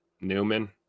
Newman